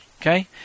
Okay